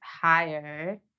higher